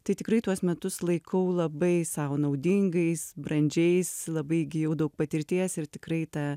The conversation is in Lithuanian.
tai tikrai tuos metus laikau labai sau naudingais brandžiais labai įgijau daug patirties ir tikrai ta